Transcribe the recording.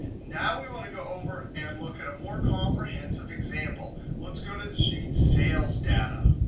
now, we want to go over and look at a more comprehensive example. let's go to the sheet sales data.